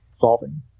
solving